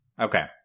Okay